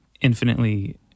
infinitely